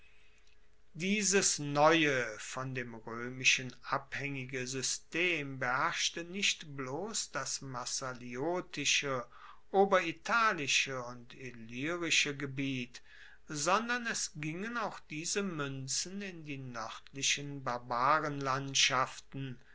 dieses neue von dem roemischen abhaengige system beherrschte nicht bloss das massaliotische oberitalische und illyrische gebiet sondern es gingen auch diese muenzen in die noerdlichen